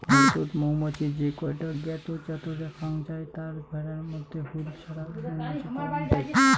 ভারতত মৌমাছির যে কয়টা জ্ঞাত জাত দ্যাখ্যাং যাই তার মইধ্যে হুল ছাড়া মৌমাছি পাওয়াং যাই